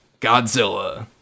godzilla